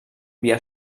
via